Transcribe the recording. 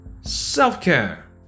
Self-care